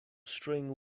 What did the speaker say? string